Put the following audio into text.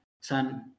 son